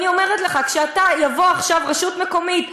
אני אומרת לך: כשתבוא עכשיו רשות מקומית,